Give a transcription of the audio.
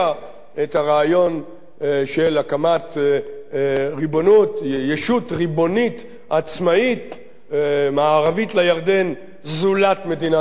את הרעיון של הקמת ישות ריבונית עצמאית מערבית לירדן זולת מדינת ישראל,